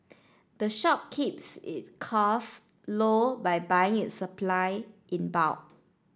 the shop keeps it costs low by buying its supply in bulk